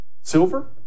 Silver